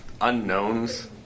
unknowns